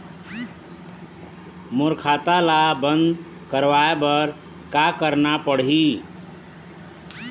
मोर खाता ला बंद करवाए बर का करना पड़ही?